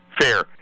fair